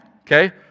Okay